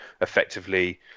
effectively